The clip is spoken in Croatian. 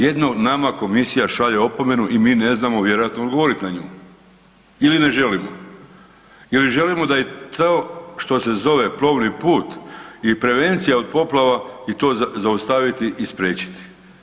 Jedino nama komisija šalje opomenu i mi ne znamo vjerojatno odgovor na nju ili ne želimo ili želimo da to što se zove plovni put i prevencija od poplava i to zaustaviti i spriječiti.